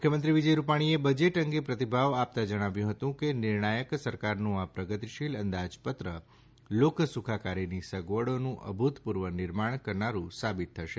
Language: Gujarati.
મુખ્યમંત્રી વિજય રૂપાણીએ બજેટ અંગે પ્રતિભાવ આપતા જણાવ્યું હતું કે નિર્ણાયક સરકારનું આ પ્રગતિશીલ અંદાજપત્ર લોકસુખાકારીની સગવડોનું અભૂતપૂર્વ નિર્માણ કરનારું સાબિત થશે